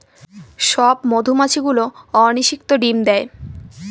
সব মধুমাছি গুলো অনিষিক্ত ডিম দেয়